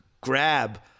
grab